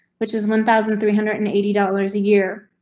which is one thousand three hundred and eighty dollars a year.